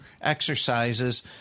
exercises